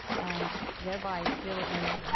and thereby, fill in, you